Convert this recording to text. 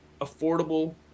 affordable